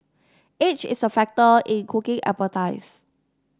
age is a factor in cooking expertise